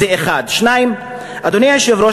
אדוני היושב-ראש,